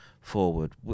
forward